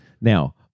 Now